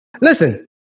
Listen